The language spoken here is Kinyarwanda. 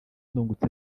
ndungutse